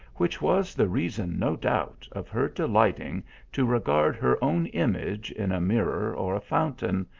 which was the reason, no doubt, of her delighting to regard her own image in a mirror or a fountain,